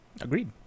Agreed